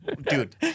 Dude